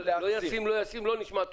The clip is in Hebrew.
אבל לא ישים, לא ישים, לא נשמע טוב.